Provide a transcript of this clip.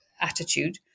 attitude